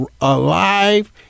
alive